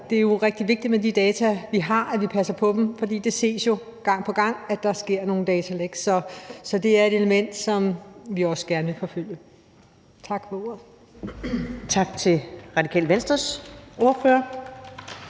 det er jo rigtig vigtigt med de data, vi har, at vi passer på dem, for det ses jo gang på gang, at der sker nogle datalæk. Så det er et element, som vi også gerne vil forfølge. Tak for ordet.